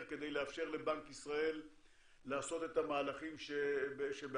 כדי לאפשר לבנק ישראל לעשות את המהלכים שבאחריותו,